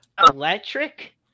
electric